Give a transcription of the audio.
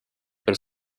per